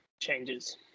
changes